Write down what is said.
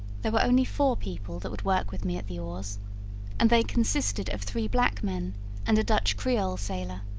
there were only four people that would work with me at the oars and they consisted of three black men and a dutch creole sailor